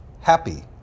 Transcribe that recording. happy